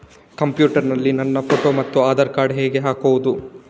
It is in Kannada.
ಕಂಪ್ಯೂಟರ್ ನಲ್ಲಿ ನನ್ನ ಫೋಟೋ ಮತ್ತು ಆಧಾರ್ ಕಾರ್ಡ್ ಹೇಗೆ ಹಾಕುವುದು?